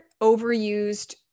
overused